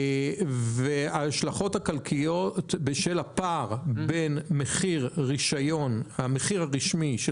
וההשלכות הכלכליות בשל הפער בין המחיר הרשמי של